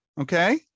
okay